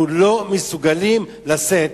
אנחנו לא מסוגלים לשאת.